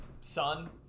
son